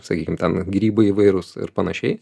sakykim ten grybai įvairūs ir panašiai